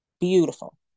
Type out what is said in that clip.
beautiful